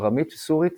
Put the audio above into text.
ארמית סורית